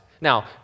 Now